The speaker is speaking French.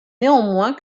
néanmoins